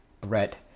bread